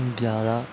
ग्यारह